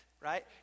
right